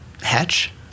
Hatch